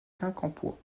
quincampoix